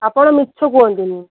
ଆପଣ ମିଛ କୁହନ୍ତୁନି